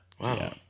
Wow